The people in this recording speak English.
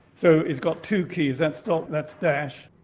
so it's got two keys that's dot, that's dash.